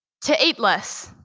to eat less,